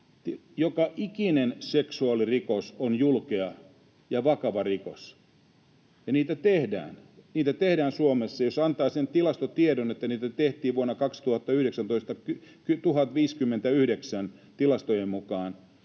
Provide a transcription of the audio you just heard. Joka ikinen seksuaalirikos on julkea ja vakava rikos, ja niitä tehdään Suomessa. Jos antaa sen tilastotiedon, että niitä tehtiin vuonna 2019 tilastojen mukaan